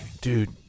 Dude